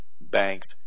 banks